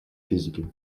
физики